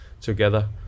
together